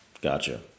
Gotcha